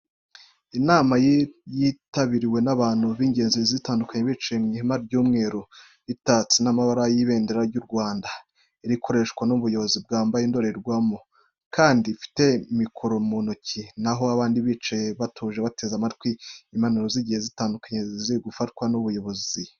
Inama yitabirirwe n'abantu b'ingeri zitandukanye bicaye mu ihema ry'umweru ritatse n'amabara y'ibendera ry'u Rwanda. Iri gukoreshwa n'umuyobozi wambaye indorerwamo, kandi afite mikoro mu ntoki na ho abandi bicaye batuje bateze amatwi impanuro zigiye zitandukanye ziri gutangwa n'uwo muyobozi.